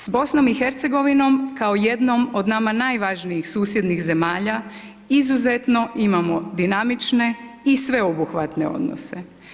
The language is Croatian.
S BiH-om kao jednom od nama najvažnijih susjednih zemalja izuzetno imamo dinamične i sveobuhvatne odnose.